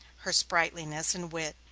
her sprightliness and wit,